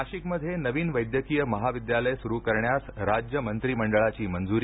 नाशिकमध्ये नवीन वैद्यकीय महाविद्यालय सुरु करण्यास राज्य मंत्रिमंडळाची मंजुरी